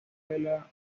escuela